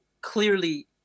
clearly